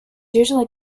usually